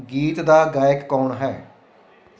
ਗੀਤ ਦਾ ਗਾਇਕ ਕੌਣ ਹੈ